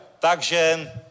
Takže